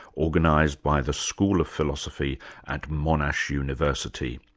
organized by the school of philosophy at monash university.